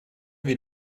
wir